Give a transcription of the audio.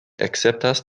akceptas